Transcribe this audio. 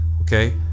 Okay